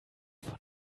von